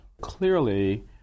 Clearly